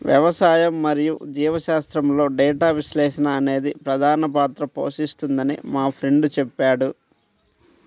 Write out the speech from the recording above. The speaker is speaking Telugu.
వ్యవసాయం మరియు జీవశాస్త్రంలో డేటా విశ్లేషణ అనేది ప్రధాన పాత్ర పోషిస్తుందని మా ఫ్రెండు చెప్పాడు